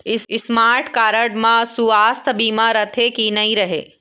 Smart card म सुवास्थ बीमा रथे की नई रहे?